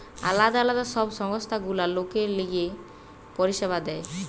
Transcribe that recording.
আলদা আলদা সব সংস্থা গুলা লোকের লিগে পরিষেবা দেয়